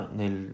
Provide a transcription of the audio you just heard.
nel